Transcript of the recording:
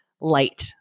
Light